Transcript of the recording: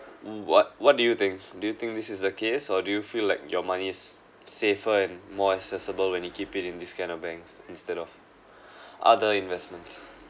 what what do you think do you think this is the case or do you feel like your money is safer and more accessible when you keep it in this kind of banks instead of other investments